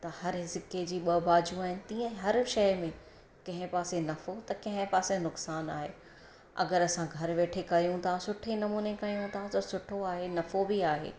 त हर हि सिके जी ॿ बाजूं आहिनि तीअं ई हर शइ में कंहिं पासे नफ़ो त कंहिं पासे नुक़सानु आहे अगरि असां घर वेठे कयूं था सुठे नमूने कयूं था त सुठो आहे ऐं नफ़ो बि आहे